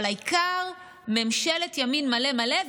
אבל העיקר ממשלת ימין מלא מלא,